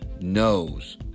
knows